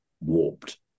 warped